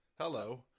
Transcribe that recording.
Hello